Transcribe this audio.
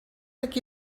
ací